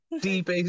Deep